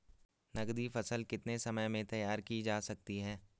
नगदी फसल कितने समय में तैयार की जा सकती है?